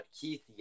Keith